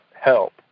help